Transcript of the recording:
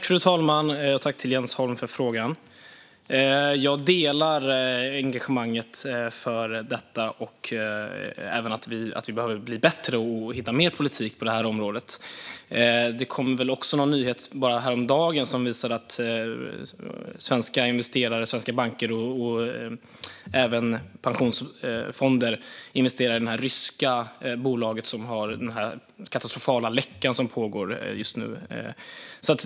Fru talman! Tack, Jens Holm, för frågan! Jag delar engagemanget för detta och även när det gäller att vi behöver bli bättre och hitta mer politik på det här området. Bara häromdagen kom väl någon nyhet som visade att svenska investerare, svenska banker och även pensionsfonder investerar i det ryska bolag som ligger bakom den katastrofala läckan som pågår just nu.